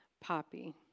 Poppy